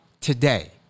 today